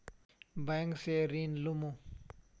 Bank से ऋण लुमू?